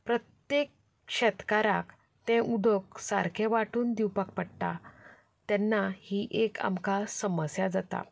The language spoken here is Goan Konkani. प्रत्येक शेतकाराक तें उदक सारकें वांटून दिवपाक पडटा तेन्ना ही एक आमकां समस्या जाता